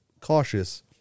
cautious